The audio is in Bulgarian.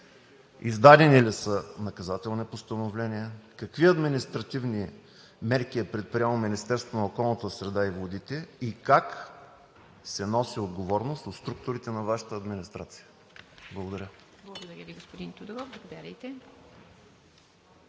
издадени ли са наказателни постановления, какви административни мерки е предприело Министерството на околната среда и водите и как се носи отговорност в структурите на Вашата администрация? Благодаря. ПРЕДСЕДАТЕЛ ИВА МИТЕВА: Благодаря Ви,